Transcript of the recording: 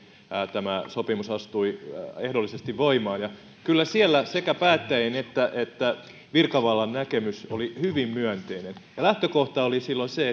tämä sopimus astui ehdollisesti voimaan kyllä siellä sekä päättäjien että että virkavallan näkemys oli hyvin myönteinen lähtökohta oli silloin se